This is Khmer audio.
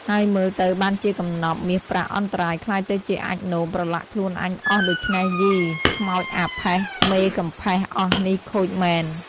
ហើយមើលទៅបានជាកំណប់មាសប្រាក់អន្តរាយក្លាយទៅជាអាចម៍នោមប្រឡាក់ខ្លួនអញអស់ដូច្នេះយី! ខ្មោចអាផេះ មេកំផេះអស់នេះខូចមែន” ។